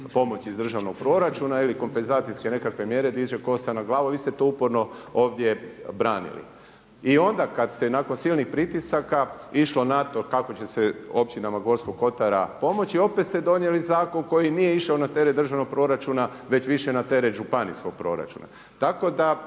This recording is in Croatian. pomoći iz državnog proračuna ili kompenzacijske nekakve mjere diže kosa na glavi. Vi ste to uporno ovdje branili. I onda kad se nakon silnih pritisaka išlo na to kako će se općinama Gorskog kotara pomoći opet ste donijeli zakon koji nije išao na teret državnog proračuna već više na teret županijskog proračuna.